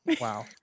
Wow